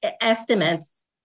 estimates